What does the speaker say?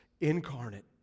incarnate